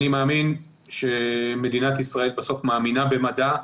אני מאמין שמדינת ישראל בסוף מאמינה במדע,